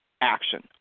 action